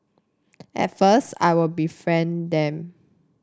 at first I would befriend them